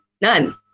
none